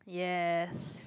yes